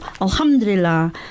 Alhamdulillah